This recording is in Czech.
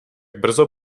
brzo